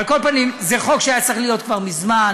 על כל פנים, זה חוק שהיה צריך להיות כבר מזמן.